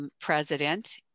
President